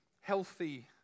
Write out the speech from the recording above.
healthy